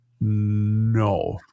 No